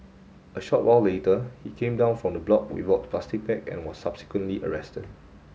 a short while later he came down from the block without plastic bag and was subsequently arrested